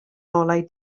ngolau